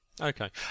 Okay